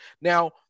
Now